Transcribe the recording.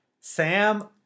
Sam